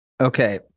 Okay